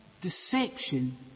Deception